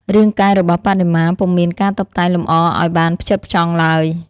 រាងកាយរបស់បដិមា ពុំមានការតុបតែងលម្អឱ្យបានផ្ចិតផ្ចង់ឡើយ។